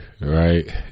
right